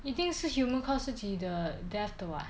一定是 human caused 自己的 death 的 [what]